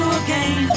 again